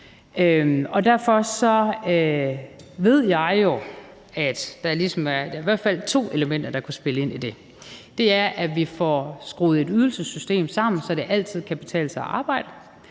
hvert fald er ligesom to elementer, der kan spille ind i det: Det ene er, at vi får skruet et ydelsessystem sammen, så det altid kan betale sig at arbejde,